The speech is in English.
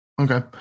Okay